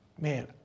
Man